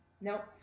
Nope